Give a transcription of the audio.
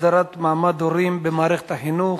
הסדרת מעמד ההורים במערכת החינוך,